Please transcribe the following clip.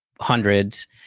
hundreds